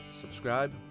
subscribe